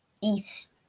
East